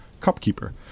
cupkeeper